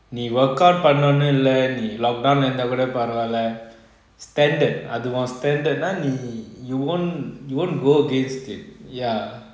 நீ:nee workout பண்ணனுமு இல்ல நீ:pananumu illa nee lockdown இருந்த கூட பரவல்:iruntha kuda paraval standard அது உன்:athu un standard நான் நீ:naan nee you won't you won't go against it ya